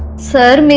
said i mean